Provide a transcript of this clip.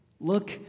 Look